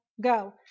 go